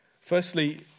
Firstly